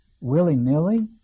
willy-nilly